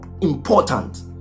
important